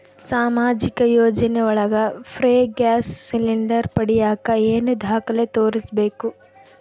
ಸಾಮಾಜಿಕ ಯೋಜನೆ ಒಳಗ ಫ್ರೇ ಗ್ಯಾಸ್ ಸಿಲಿಂಡರ್ ಪಡಿಯಾಕ ಏನು ದಾಖಲೆ ತೋರಿಸ್ಬೇಕು?